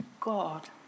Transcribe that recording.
God